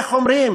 איך אומרים